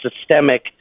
systemic